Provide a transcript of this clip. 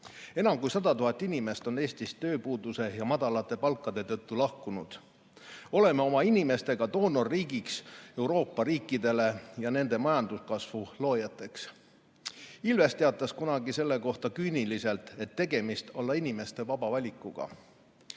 Enam kui 100 000 inimest on Eestist tööpuuduse ja madalate palkade tõttu lahkunud. Oleme oma inimestega doonorriigiks Euroopa riikidele ja nende majanduskasvu loojateks. Ilves teatas kunagi selle kohta küüniliselt, et tegemist on inimeste vaba valikuga.